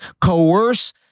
coerce